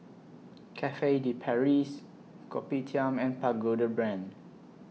Cafe De Paris Kopitiam and Pagoda Brand